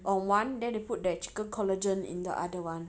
mm